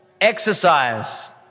exercise